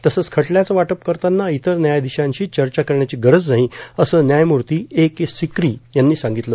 तसंच खटल्यांचं वाटप करताना इतर व्यायाधीशांशी चर्चा करण्याची गरज नाही असं व्यायमूर्ती ए के सिकी यांनी सांगितलं